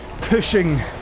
pushing